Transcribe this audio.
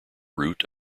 root